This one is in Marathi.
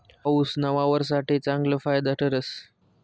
पाऊसना वावर साठे चांगलं फायदानं ठरस